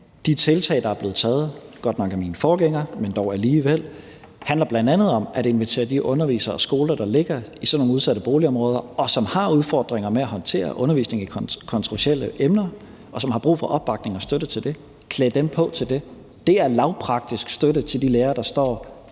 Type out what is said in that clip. de tiltag, der er blevet taget, godt nok af min forgænger, men dog alligevel, bl.a. handler om at invitere de undervisere og skoler, der ligger i sådan nogle udsatte boligområder, og som har udfordringer med at håndtere undervisning i kontroversielle emner, og som har brug for opbakning og støtte til det, så de kan blive klædt på til det. Det er lavpraktisk støtte til de lærere, der står